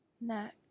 neck